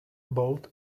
bold